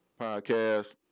podcast